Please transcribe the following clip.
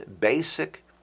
basic